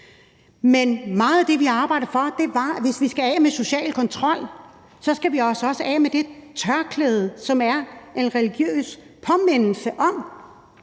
Men meget af det, vi arbejdede for, var, at vi, hvis vi skal af med social kontrol, så også skal af med det tørklæde, som er en religiøs påmindelse om,